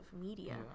media